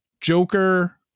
joker